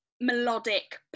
melodic